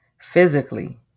physically